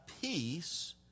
peace